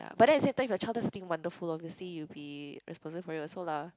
but then if your child does something wonderful obviously you'll be responsible for it also lah